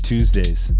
Tuesdays